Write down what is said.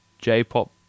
J-pop